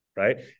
Right